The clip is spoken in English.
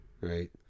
right